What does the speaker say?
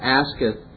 asketh